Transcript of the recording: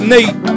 Nate